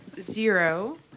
zero